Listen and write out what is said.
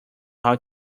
how